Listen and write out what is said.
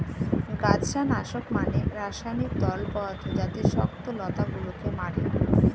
গাছড়া নাশক মানে রাসায়নিক তরল পদার্থ যাতে শক্ত লতা গুলোকে মারে